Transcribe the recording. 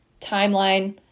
timeline